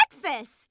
breakfast